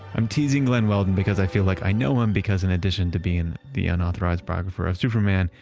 i'm teasing glen weldon because i feel like i know him because, in addition to being the unauthorized biographer of superman,